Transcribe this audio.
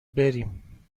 بریم